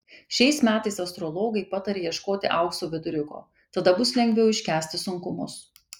šiais metais astrologai pataria ieškoti aukso viduriuko tada bus lengviau iškęsti sunkumus